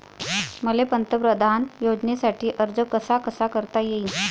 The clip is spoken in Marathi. मले पंतप्रधान योजनेसाठी अर्ज कसा कसा करता येईन?